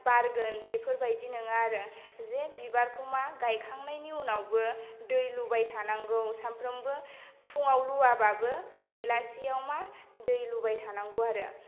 बारगोन बेफोरबायदि नङा आरो जे बिबारखौ मा गायखांनायनि उनावबो दै लुबाय थानांगौ सामफ्रामबो फुङाव लुवाबाबो बेलासियाव मा दै लुबाय थानांगौ आरो